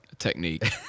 technique